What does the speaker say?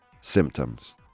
symptoms